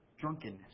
drunkenness